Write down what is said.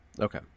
Okay